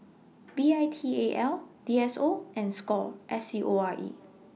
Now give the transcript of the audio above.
V I T A L D S O and SCORE S C O R E